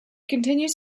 continues